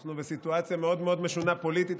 אנחנו בסיטואציה מאוד מאוד משונה פוליטית,